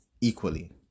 equally